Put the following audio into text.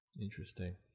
Interesting